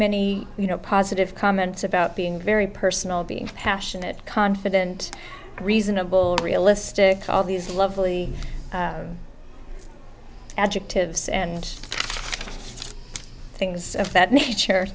many you know positive comments about being very personal being passionate confident reasonable realistic all these lovely adjectives and things of that nature